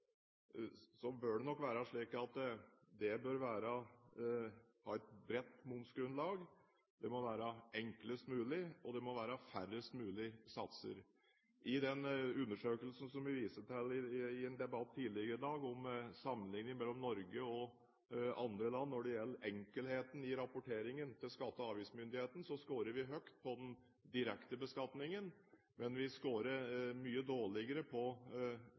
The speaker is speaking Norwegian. bør det nok være slik at en har et bredt momsgrunnlag, det må være enklest mulig, og det må være færrest mulig satser. I den undersøkelsen som jeg viste til i en debatt tidligere i dag, om sammenlikningen mellom Norge og andre land når det gjelder enkelheten i rapporteringen til skatte- og avgiftsmyndighetene, scorer vi høyt på den direkte beskatningen, men vi scorer mye dårligere på